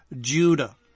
Judah